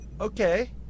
Okay